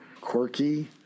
quirky